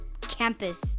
campus